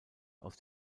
aus